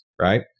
right